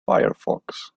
firefox